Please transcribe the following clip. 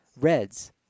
Reds